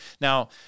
Now